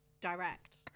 direct